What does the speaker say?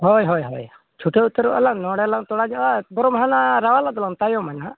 ᱦᱳᱭ ᱦᱳᱭ ᱪᱷᱩᱴᱟᱹᱣ ᱩᱛᱟᱹᱨᱚᱜ ᱟᱞᱟᱝ ᱱᱚᱰᱮ ᱞᱟᱝ ᱛᱳᱲᱟ ᱧᱚᱜᱼᱟ ᱵᱚᱨᱚᱝ ᱦᱟᱱᱟ ᱨᱟᱣᱟᱞᱟᱜ ᱫᱚᱞᱟᱝ ᱛᱟᱭᱚᱢᱟ ᱱᱟᱦᱟᱜ